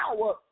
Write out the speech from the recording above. power